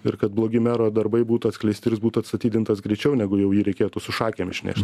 ir kad blogi mero darbai būtų atskleisti ir atstatydintas greičiau negu jau jį reikėtų su šakėm išneš